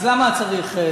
אז למה צריך?